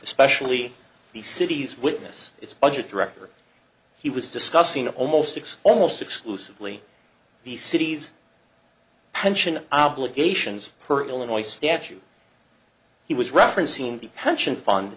especially the city's witness its budget director he was discussing almost six almost exclusively the city's pension obligations per illinois statute he was referencing the pension fund